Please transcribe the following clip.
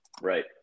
Right